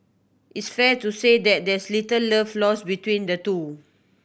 it's fair to say that there's little love lost between the two